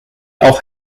auch